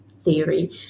theory